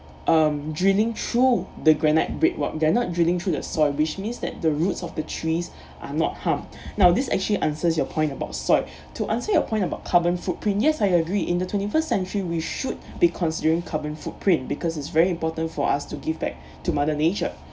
um drilling through the granite bedrock they're not drilling through the soil which means that the roots of the trees are not harm now this actually answers your point about soil to answer your point about carbon footprint yes I agree in the twenty first century we should be considering carbon footprint because it's very important for us to give back to mother nature